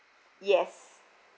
yes